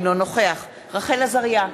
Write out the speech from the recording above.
אינו נוכח רחל עזריה,